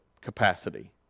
capacity